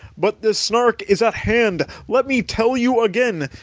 but the snark is at hand, let me tell you again!